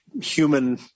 human